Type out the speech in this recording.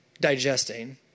digesting